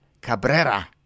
Cabrera